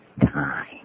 time